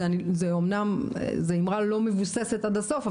זאת אומנם אמרה שלא מבוססת עד הסוף,